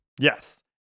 Yes